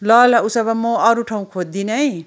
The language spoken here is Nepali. ल ल उसो भए म अरू ठाउँ खोज्दिनँ है